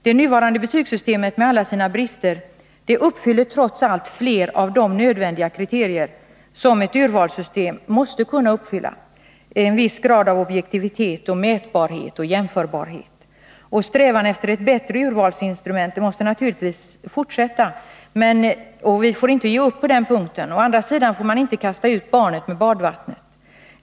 Det nuvarande betygssystemet, med alla sina brister, uppfyller trots allt fler av de nödvändiga kriterier som ett urvalssystem måste kunna uppfylla: en viss grad av objektivitet, mätbarhet och jämförbarhet. Strävan efter ett bättre Nr 34 urvalsinstrument måste naturligtvis fortsätta. Vi får inte ge upp på den punkten. Å andra sidan får vi inte kasta ut barnet med badvattnet.